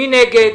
מי נגד?